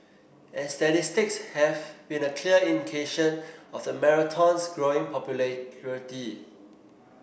and statistics have been a clear indication of the marathon's growing popularity